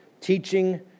teaching